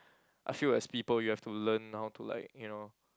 I feel as people you have to learn how to like you know